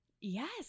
Yes